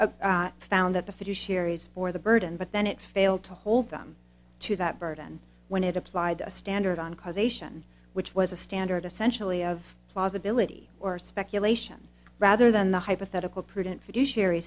fiduciaries for the burden but then it failed to hold them to that burden when it applied a standard on causation which was a standard essentially of plausibility or speculation rather than the hypothetical prudent for the sherry